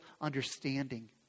understanding